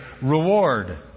reward